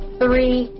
three